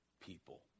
people